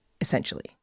essentially